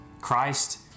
Christ